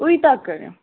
उहो ई तव्हां कयो